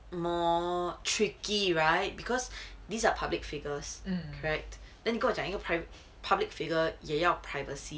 more tricky right because these are public figures correct then 你跟我讲一个 private public figure 也要 privacy